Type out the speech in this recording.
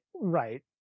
Right